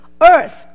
earth